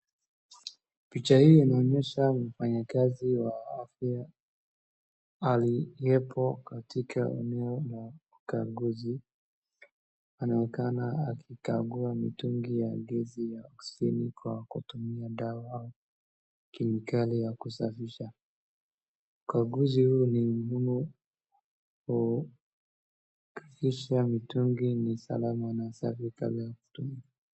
Picha hii inaonyesha mfanyakazi wa afya aliyepo katika eneo la ukaguzi, anaoekana akikagua mitungi ya gas ya oxygen kwa kutumia dawa au kemikali ya kusafisha, ukaguzi huu ni muhimu, kusafisha mitungi ni salama na safi kama ya kutumia.